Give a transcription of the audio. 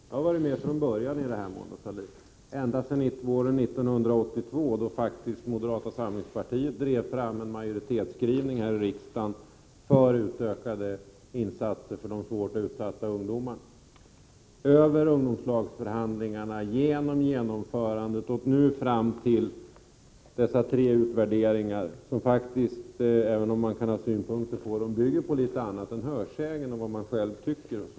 Jag har varit med från början i detta arbete, Mona Sahlin, ända sedan år 1982 då moderata samlingspartiet faktiskt drev fram en majoritetsskrivning här i riksdagen för utökade insatser för de svårt utsatta ungdomarna — från ungdomslagsförhandlingarna, över genomförandet och fram till dessa tre utvärderingar, som faktiskt — även om man kan ha synpunkter på dem — bygger på litet annat än hörsägen och på vad man själv tycker.